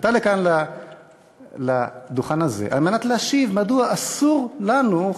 עלתה לכאן לדוכן הזה על מנת להשיב מדוע אסור לנו,